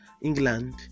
England